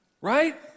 right